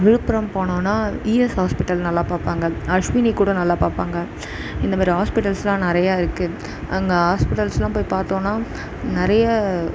விழுப்புரம் போனோன்னால் ES hospital நல்லா பார்ப்பாங்க அஸ்வினி கூட நல்லா பார்ப்பாங்க இந்தமாதிரி ஹாஸ்பிடல்ஸ்லாம் நிறையா இருக்குது அங்கே ஹாஸ்பிடல்ஸ்லாம் போய் பார்த்தோன்னா நிறைய